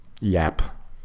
yap